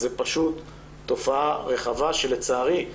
זו פשוט תופעה רחבה שלצערי,